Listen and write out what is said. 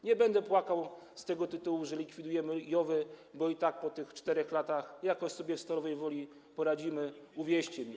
Nie będę płakał z tego powodu, że likwidujemy JOW-y, bo i tak po tych 4 latach jakoś sobie w Stalowej Woli poradzimy, uwierzcie mi.